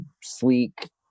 sleek